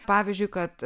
pavyzdžiui kad